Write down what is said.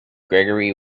gregory